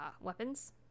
weapons